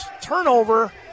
turnover